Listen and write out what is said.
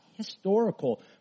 Historical